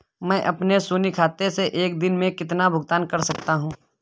मैं अपने शून्य खाते से एक दिन में कितना भुगतान कर सकता हूँ?